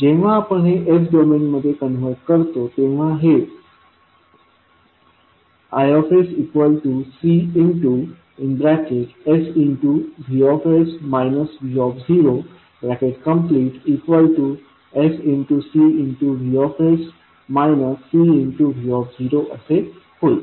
जेव्हा आपण हे s डोमेन मध्ये कन्व्हर्ट करतो तेव्हा हे IsCsVs v0 sCVs Cv0 असे होईल